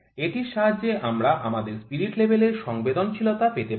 এটির সাহায্যে আমরা আমাদের স্পিরিট লেভেল এর সংবেদনশীলতা পেতে পারি